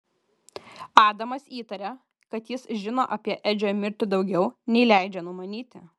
adamas įtarė kad jis žino apie edžio mirtį daugiau nei leidžia numanyti